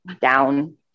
down